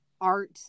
art